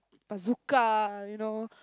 bazooka you know